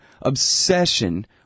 obsession